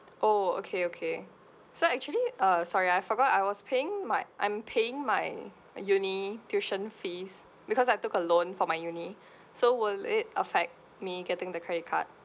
oh okay okay so actually uh sorry I forgot I was paying my I'm paying my uni tuition fees because I took a loan for my uni so will it affect me getting the credit card